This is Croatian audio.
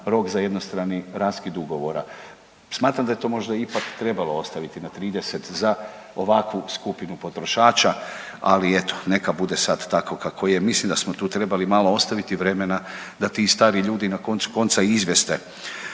rok za jednostrani raskid ugovora, smatram da je to možda ipak trebalo ostaviti na 30 za ovakvu skupinu potrošača, ali eto neka bude sad tako kako je, mislim da smo tu trebali malo ostaviti vremena da ti stariji ljudi na koncu konca